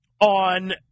on